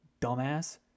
dumbass